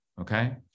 okay